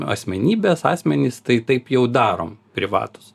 asmenybės asmenys tai taip jau darom privatūs